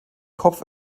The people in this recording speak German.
kopf